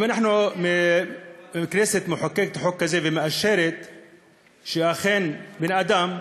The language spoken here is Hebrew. אם הכנסת מחוקקת חוק כזה ומאשרת שאכן בן-אדם,